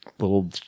Little